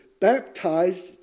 baptized